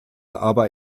aber